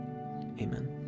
amen